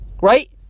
Right